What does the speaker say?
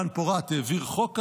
העביר חוק כזה,